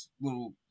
little